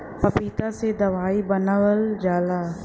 पपीता से दवाई बनावल जाला